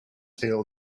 feel